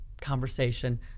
conversation